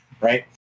right